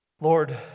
Lord